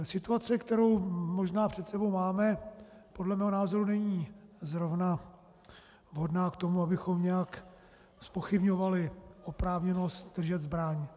Situace, kterou možná před sebou máme, podle mého názoru není zrovna vhodná k tomu, abychom nějak zpochybňovali oprávněnost držet zbraň.